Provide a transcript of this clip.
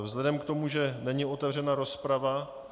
Vzhledem k tomu, že není otevřena rozprava...